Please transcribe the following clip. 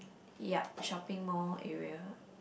yup shopping mall area